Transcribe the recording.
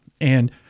And-